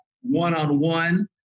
one-on-one